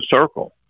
circle